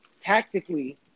tactically